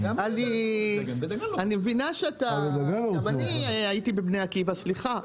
אני מבינה שאתה גם אני הייתי בבני עקיבא סליחה,